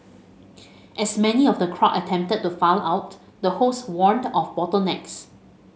as many of the crowd attempted to file out the hosts warned of bottlenecks